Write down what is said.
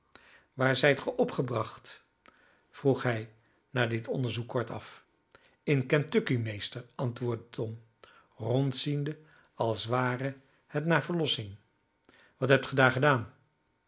waar zijt ge opgebracht vroeg hij na dit onderzoek kortaf in kentucky meester antwoordde tom rondziende als ware het naar verlossing wat hebt gij daar gedaan